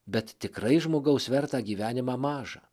bet tikrai žmogaus vertą gyvenimą maža